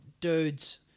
dudes